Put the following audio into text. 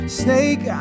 snake